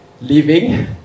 leaving